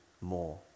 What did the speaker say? more